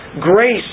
Grace